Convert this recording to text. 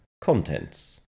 Contents